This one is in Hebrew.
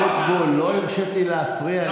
חבר הכנסת אבוטבול, לא הרשיתי להפריע לך.